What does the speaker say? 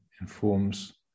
informs